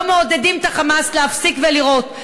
לא מעודדים את ה"חמאס" להפסיק לירות.